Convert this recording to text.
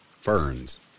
ferns